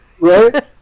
Right